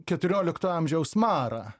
keturiolikto amžiaus marą